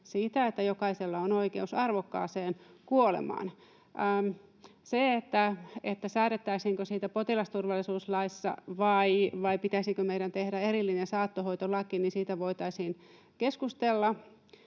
siitä, että jokaisella on oikeus arvokkaaseen kuolemaan. Säädettäisiinkö siitä potilasturvallisuuslaissa vai pitäisikö meidän tehdä erillinen saattohoitolaki, siitä voitaisiin keskustella.